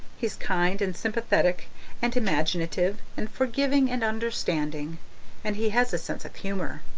he's kind and sympathetic and imaginative and forgiving and understanding and he has a sense of humour.